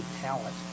talent